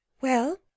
Well